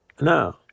No